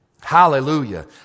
Hallelujah